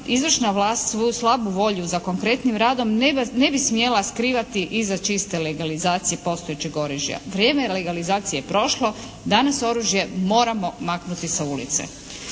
izvršna vlast slabu volju za konkretnim radom ne bi smjela skrivati iza čiste legalizacije postojećeg oružja. Vrijeme legalizacije je prošlo. Danas oružje moramo maknuti sa ulice.